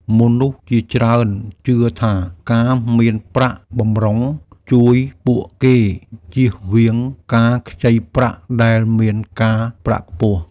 មនុស្សជាច្រើនជឿថា ការមានប្រាក់បម្រុងជួយពួកគេចៀសវាងការខ្ចីប្រាក់ដែលមានការប្រាក់ខ្ពស់។